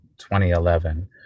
2011